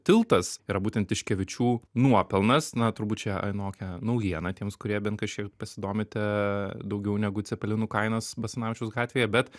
tiltas yra būtent tiškevičių nuopelnas na turbūt čia anokia naujiena tiems kurie bent kažkiek pasidomite daugiau negu cepelinų kainos basanavičiaus gatvėje bet